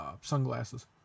Sunglasses